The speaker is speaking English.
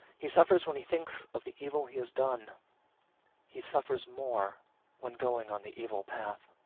he suffers when he thinks of the evil he has done he suffers more when going on the evil path.